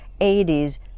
80s